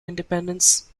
independence